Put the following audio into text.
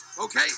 okay